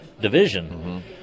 Division